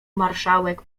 marszałek